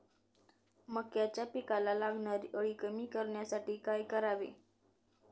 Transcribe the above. मक्याच्या पिकाला लागणारी अळी कमी करण्यासाठी काय करावे?